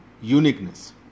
Uniqueness